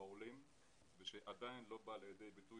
בעולם ושבהרבה מקרים עדיין לא בא לידי ביטוי.